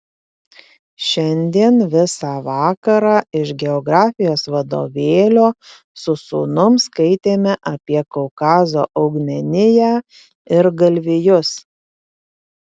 šiandien visą vakarą iš geografijos vadovėlio su sūnum skaitėme apie kaukazo augmeniją ir galvijus